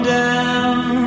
down